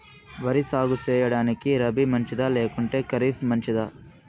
వరి సాగు సేయడానికి రబి మంచిదా లేకుంటే ఖరీఫ్ మంచిదా